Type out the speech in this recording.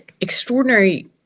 extraordinary